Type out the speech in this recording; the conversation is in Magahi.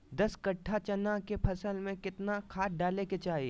दस कट्ठा चना के फसल में कितना खाद डालें के चाहि?